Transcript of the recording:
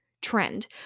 trend